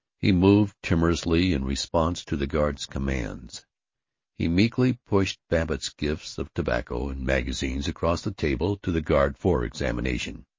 he moved timorously in response to the guard's commands he meekly pushed babbitt's gifts of tobacco and magazines across the table to the guard for examination.